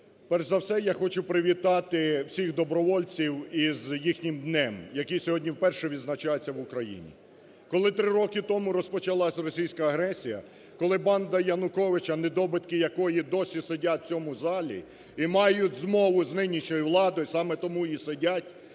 Перш за все я хочу привітати всіх добровольців із їхнім днем, який сьогодні вперше відзначається в Україні. Коли три роки тому розпочалася російська агресія, коли банда Януковича, недобитки якої досі сидять в цьому залі і мають змову з нинішньою владою, саме тому і сидять,